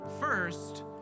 First